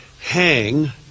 hang